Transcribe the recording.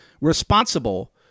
responsible